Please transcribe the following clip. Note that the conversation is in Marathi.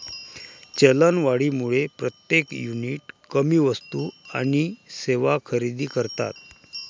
चलनवाढीमुळे प्रत्येक युनिट कमी वस्तू आणि सेवा खरेदी करतात